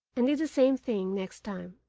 and did the same thing next time.